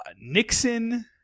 Nixon